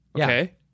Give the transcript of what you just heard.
okay